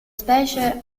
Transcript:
specie